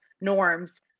norms